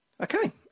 Okay